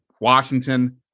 Washington